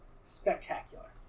spectacular